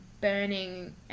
burning